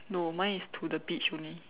no mine is to the beach only